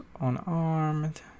unarmed